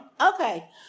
Okay